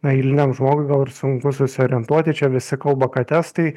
eiliniam žmogui sunku susiorientuoti čia visi kalba kad estai